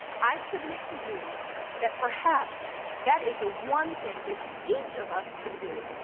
i submit to you that perhaps that is the one thing that each of us can do,